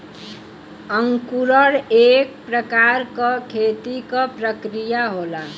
अंकुरण एक प्रकार क खेती क प्रक्रिया होला